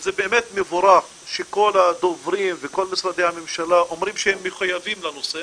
וזה באמת מבורך שכל הדוברים וכל משרדי הממשלה אומרים שהם מחויבים לנושא,